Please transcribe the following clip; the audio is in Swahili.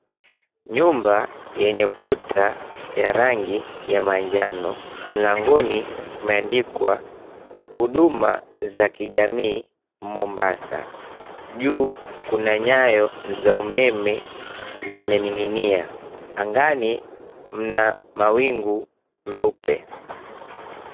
Nyumba yenye kuta ya rangi ya manjano. Mlangoni kumeandikwa: Huduma za kijamii Mombasa. Juu kuna nyaya za umeme zimening'inia. Angani mna mawingu meupe.